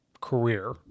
career